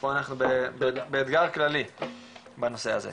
ופה אנחנו באתגר כללי בנושא הזה.